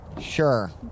Sure